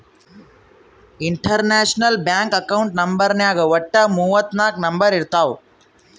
international bank account ನಂಬರ್ನಾಗ್ ವಟ್ಟ ಮೂವತ್ ನಾಕ್ ನಂಬರ್ ಇರ್ತಾವ್